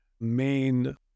main